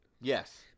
Yes